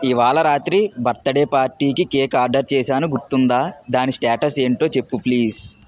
ఇవాళ రాత్రి బర్తడే పార్టీకి కేక్ ఆర్డర్ చేశాను గుర్తుందా దాని స్టేటస్ ఏంటో చెప్పు ప్లీజ్